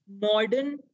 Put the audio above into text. modern